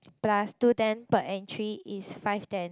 plus two ten per entry is five ten